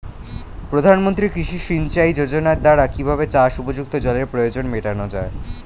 প্রধানমন্ত্রী কৃষি সিঞ্চাই যোজনার দ্বারা কিভাবে চাষ উপযুক্ত জলের প্রয়োজন মেটানো য়ায়?